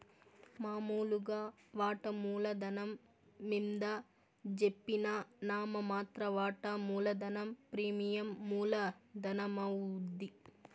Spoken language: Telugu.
మామూలుగా వాటామూల ధనం మింద జెప్పిన నామ మాత్ర వాటా మూలధనం ప్రీమియం మూల ధనమవుద్ది